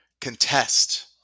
contest